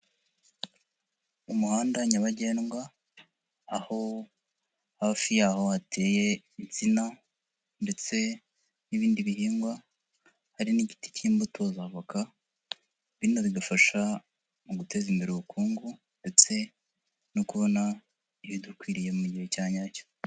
Umuhanda nyabagendwa aho hafi yaho hateye insina ndetse n'ibindi bihingwa, hari n'igiti cy'imbuto z'avoka, bino bidufasha mu guteza imbere ubukungu ndetse no kubona ibidukwiriye mu gihe cya nyacyo.